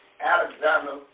Alexander